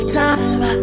time